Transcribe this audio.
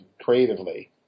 creatively